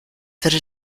würde